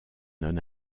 non